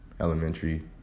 elementary